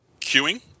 queuing